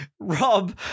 Rob